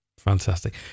Fantastic